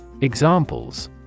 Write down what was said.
Examples